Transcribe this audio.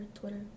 Twitter